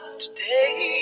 today